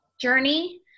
journey